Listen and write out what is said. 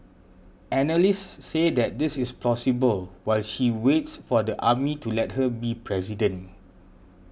analysts say this is plausible while she waits for the army to let her be president